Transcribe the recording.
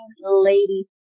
Lady